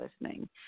listening